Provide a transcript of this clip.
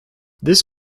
this